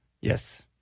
Yes